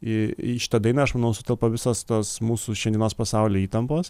į į šitą dainą aš manau sutelpa visas tas mūsų šiandienos pasauly įtampos